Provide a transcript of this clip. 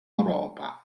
europa